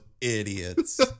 idiots